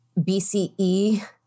BCE